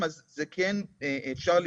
או